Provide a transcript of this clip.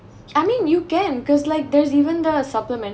I mean you can cause like there's even the supplementary